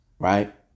Right